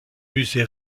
musée